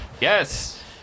Yes